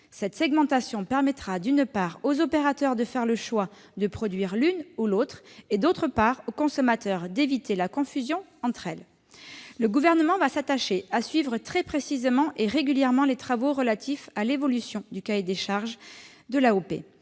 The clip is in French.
Cette segmentation permettra, d'une part, aux opérateurs de faire le choix de produire l'une ou l'autre et, d'autre part, aux consommateurs d'éviter la confusion entre elles. Le Gouvernement va s'attacher à suivre très précisément et régulièrement les travaux relatifs à l'évolution du futur cahier des charges de l'AOP.